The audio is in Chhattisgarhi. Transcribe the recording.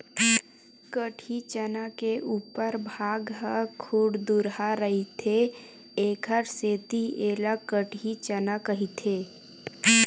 कटही चना के उपर भाग ह खुरदुरहा रहिथे एखर सेती ऐला कटही चना कहिथे